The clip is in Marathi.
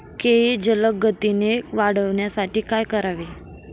केळी जलदगतीने वाढण्यासाठी काय करावे?